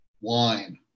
wine